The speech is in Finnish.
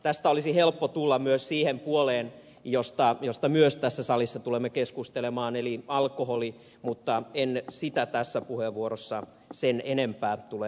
tästä olisi helppo tulla myös siihen puoleen josta myös tässä salissa tulemme keskustelemaan eli alkoholiasiaan mutta en sitä tässä puheenvuorossa sen enempää tule käsittelemään